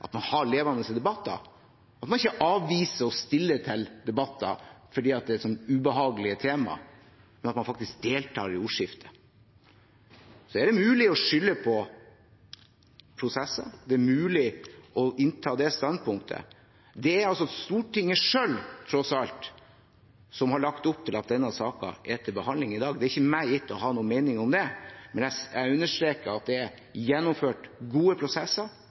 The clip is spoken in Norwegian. at man har levende debatter. Man må ikke avvise å stille til debatt om ubehagelige temaer, men faktisk delta i ordskiftet. Det er mulig å skylde på prosessene – det er mulig å innta det standpunktet, men det er Stortinget selv, tross alt, som har lagt opp til at denne saken er til behandling i dag. Det er ikke meg gitt å ha noen mening om det, men jeg understreker at det er gjennomført gode prosesser